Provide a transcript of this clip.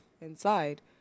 inside